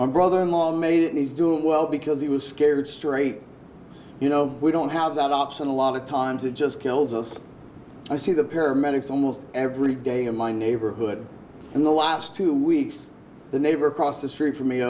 i'm brother in law and he's doing well because he was scared straight you know we don't have that option a lot of times it just kills us i see the paramedics almost every day in my neighborhood in the last two weeks the neighbor across the street from me